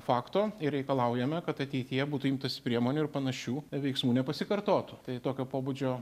fakto ir reikalaujame kad ateityje būtų imtasi priemonių ir panašių veiksmų nepasikartotų tai tokio pobūdžio